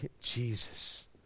Jesus